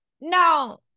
No